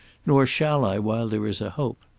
nor shall i while there is a hope.